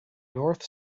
north